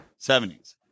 70s